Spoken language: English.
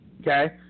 Okay